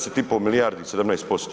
10,5 milijardi 17%